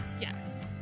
Yes